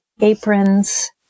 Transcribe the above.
aprons